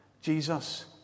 Jesus